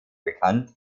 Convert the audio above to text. bekannt